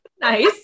Nice